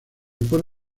pone